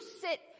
sit